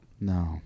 no